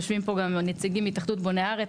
יושבים פה גם נציגים מהתאחדות בוני הארץ.